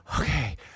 okay